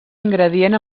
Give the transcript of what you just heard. ingredient